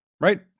right